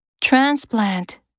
Transplant